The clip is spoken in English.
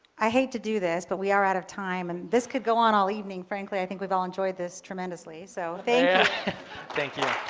i hate to do this, but we are out of time and this could go on all evening. frankly, i think we've all enjoyed this tremendously. so thank thank you.